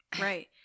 Right